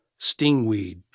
stingweed